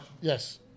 Yes